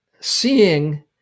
seeing